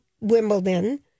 Wimbledon